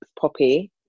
Poppy